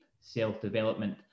self-development